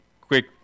quick